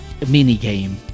minigame